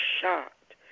shocked